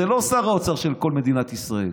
זה לא שר האוצר של כל מדינת ישראל.